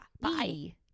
Bye